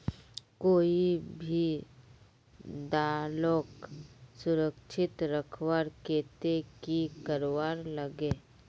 कोई भी दालोक सुरक्षित रखवार केते की करवार लगे?